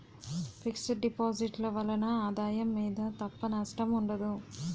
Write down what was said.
fix deposit ల వలన ఆదాయం మీద తప్ప నష్టం ఉండదు